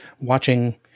watching